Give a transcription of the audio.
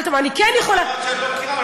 אמרת שאת לא מכירה,